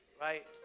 right